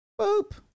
Boop